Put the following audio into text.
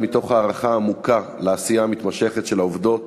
מתוך הערכה עמוקה לעשייה המתמשכת של העובדות